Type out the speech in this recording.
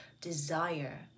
desire